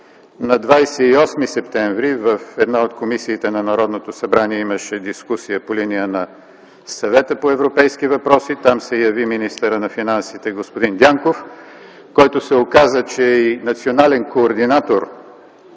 на 28 септември т.г., в една от комисиите на Народното събрание имаше дискусия по линия на Съвета по европейски въпроси. Там се яви министърът на финансите господин Дянков, който се оказа, че е и национален координатор